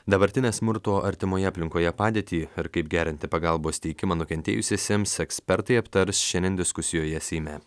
dabartinę smurto artimoje aplinkoje padėtį ir kaip gerinti pagalbos teikimą nukentėjusiesiems ekspertai aptars šiandien diskusijoje seime